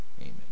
amen